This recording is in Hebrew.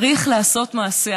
צריך לעשות מעשה.